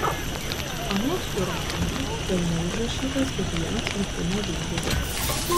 anot chiromantų delne užrašytas kiekvienas likimo vingis